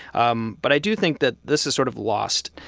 um but i do think that this is sort of lost,